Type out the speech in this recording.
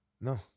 No